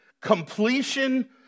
completion